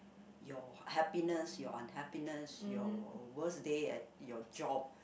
your happiness your unhappiness your worse day at your job